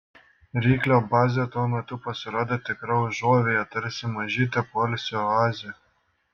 ryklio bazė tuo metu pasirodė tikra užuovėja tarsi mažytė poilsio oazė